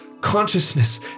consciousness